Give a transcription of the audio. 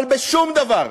אבל בשום דבר.